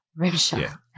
Rimshot